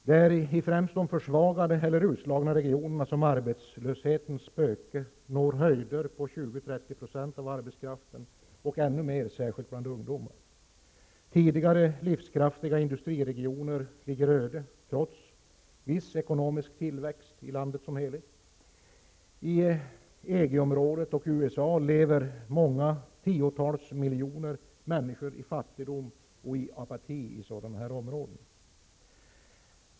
Det är främst i de försvagade eller utslagna regionerna som arbetslöshetens spöke visar sig och arbetslösheten når höjder på 20--30 % av arbetskraften, och ännu mer särskilt bland ungdomar. Tidigare livskraftiga industriregioner ligger öde trots viss ekonomisk tillväxt i landet som helhet. I EG-området och i USA lever många tiotals miljoner människor i fattigdom och apati i sådana områden.